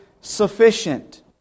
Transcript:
sufficient